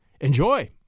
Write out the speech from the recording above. Enjoy